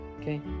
Okay